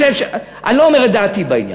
אני לא אומר את דעתי בעניין.